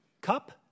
cup